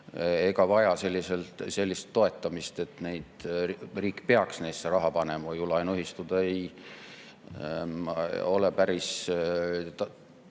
ega vaja sellist toetamist, et riik peaks neisse raha panema. Hoiu-laenuühistud ei ole päris,